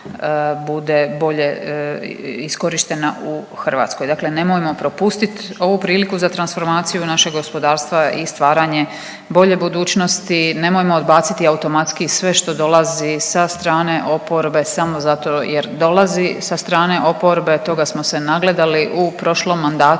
bude bolje iskorištena u Hrvatskoj. Dakle, nemojmo propustiti ovu priliku za transformaciju našeg gospodarstva i stvaranje bolje budućnosti. Nemojmo odbaciti automatski sve što dolazi sa strane oporbe samo zato jer dolazi sa strane oporbe. Toga smo se nagledali u prošlom mandatu.